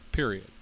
Period